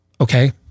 okay